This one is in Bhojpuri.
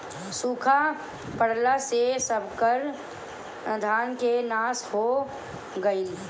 सुखा पड़ला से सबकर धान के नाश हो गईल